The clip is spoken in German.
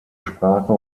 sprache